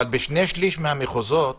בשני-שלישים מהמחוזות